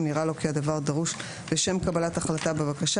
אם נראה לו כי הדבר דרוש לשם קבלת החלטה בבקשה